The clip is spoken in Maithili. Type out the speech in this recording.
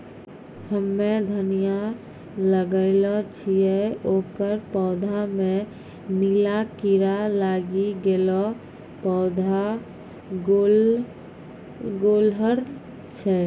हम्मे धनिया लगैलो छियै ओकर पौधा मे नीला कीड़ा लागी गैलै पौधा गैलरहल छै?